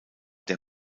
der